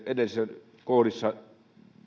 edellisissä kohdissa